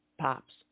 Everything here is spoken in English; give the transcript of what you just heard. pops